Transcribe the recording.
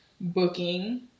booking